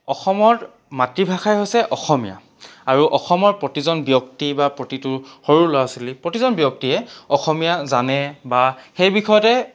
অসমৰ মাতৃভাষাই হৈছে অসমীয়া আৰু অসমৰ প্ৰতিজন ব্যক্তি বা প্ৰতিটো সৰু ল'ৰা ছোৱালী প্ৰতিজন ব্যক্তিয়ে অসমীয়া জানে বা সেই বিষয়তে